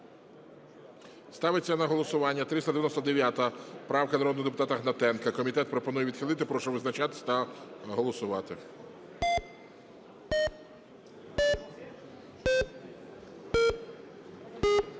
Ставиться на голосування 399 правка народного депутата Гнатенка. Комітет пропонує відхилити. Прошу визначатись та голосувати.